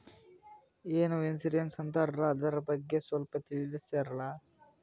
ಏನೋ ಇನ್ಸೂರೆನ್ಸ್ ಅಂತಾರಲ್ಲ, ಅದರ ಬಗ್ಗೆ ಸ್ವಲ್ಪ ತಿಳಿಸರಲಾ?